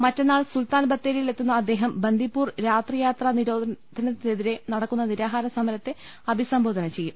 മറ്റന്നാൾ സുൽത്താൻ ബത്തേരിയിലെത്തുന്ന അദ്ദേഹം ബന്ദിപ്പൂർ രാത്രിയാത്രാ നിരോധനത്തിനെതിരെ നടക്കുന്ന നിരാഹാര സമരത്തെ അഭിസംബോധന ചെയ്യും